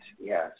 Yes